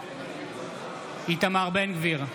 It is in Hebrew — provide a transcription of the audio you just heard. בעד איתמר בן גביר,